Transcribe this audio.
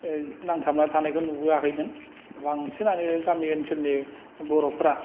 नांथाबना थानायखौ आङो नुबोआखैमोन बांसिनानो गामि ओनसोलनि बर'फोरा